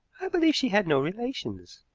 i believe she had no relations.